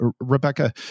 Rebecca